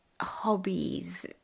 hobbies